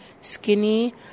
skinny